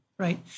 Right